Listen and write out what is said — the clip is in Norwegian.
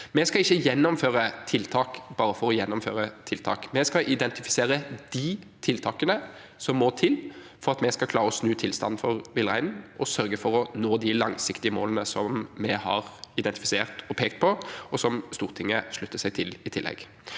tiltak bare for å gjennomføre tiltak. Vi skal identifisere de tiltakene som må til for at vi skal klare å snu tilstanden for villreinen, og sørge for å nå de langsiktige målene vi har identifisert og pekt på, og som Stortinget i tillegg